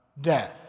death